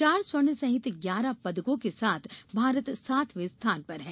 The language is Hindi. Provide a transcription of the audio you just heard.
चार स्वर्ण सहित ग्यारह पदकों के साथ भारत सातवें स्थान पर है